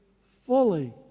fully